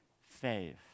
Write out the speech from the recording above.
faith